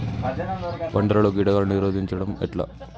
పంటలలో కీటకాలను నిరోధించడం ఎట్లా?